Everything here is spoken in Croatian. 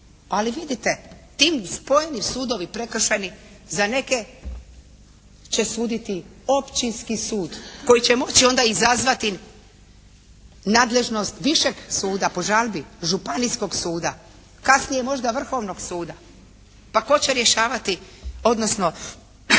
Ali vidite, ti spojeni sudovi prekršajni za neke će suditi općinski sud koji će moći onda izazvati nadležnost višeg suda po žalbi, Županijskog suda, kasnije možda Vrhovnog suda. Pa tko će rješavati, odnosno